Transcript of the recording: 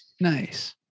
Nice